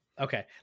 Okay